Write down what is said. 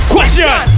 Question